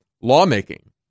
lawmaking